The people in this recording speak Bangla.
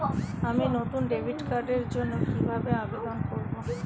আমি নতুন ডেবিট কার্ডের জন্য কিভাবে আবেদন করব?